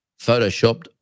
photoshopped